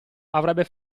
avrebbe